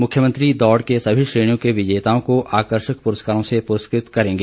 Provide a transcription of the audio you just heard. मुख्यमंत्री दौड़ के सभी श्रेणियों के विजेताओं को आकर्षक पुरस्कारों से पुरस्कृत किया जाएगा